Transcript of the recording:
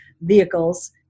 vehicles